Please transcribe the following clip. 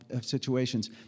situations